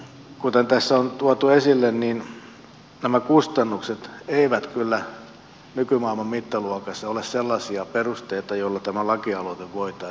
kuten tässä on tuotu esille nämä kustannukset eivät kyllä nykymaailman mittaluokassa ole sellaisia perusteita joilla tämä lakialoite voitaisiin hylätä